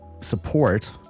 support